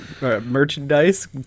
merchandise